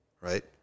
right